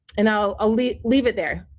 and i'll ah leave leave it there.